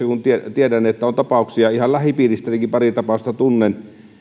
kun tiedän että tässäkin asiassa on tapauksia ihan lähipiiristänikin pari tapausta tunnen